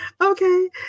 Okay